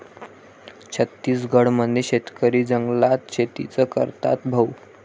छत्तीसगड मध्ये शेतकरी जंगलात शेतीच करतात भाऊ